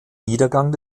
niedergang